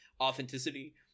authenticity